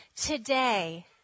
today